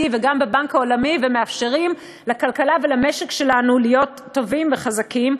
וגם בבנק העולמי ומאפשרים לכלכלה ולמשק שלנו להיות טובים וחזקים.